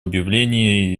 объявление